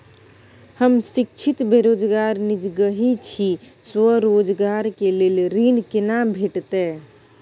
हम शिक्षित बेरोजगार निजगही छी, स्वरोजगार के लेल ऋण केना भेटतै?